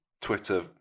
Twitter